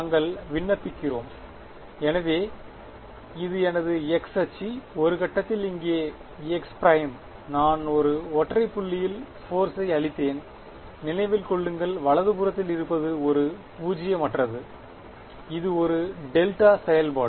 நாங்கள் விண்ணப்பிக்கிறோம் எனவே இது எனது x அச்சு ஒரு கட்டத்தில் இங்கே x ' நான் ஒரு ஒற்றை புள்ளியில் போர்சை அளித்தேன் நினைவில் கொள்ளுங்கள் வலதுபுறத்தில் இருப்பது ஒரு பூஜ்ஜியமற்றது இது ஒரு டெல்டா செயல்பாடு